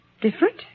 Different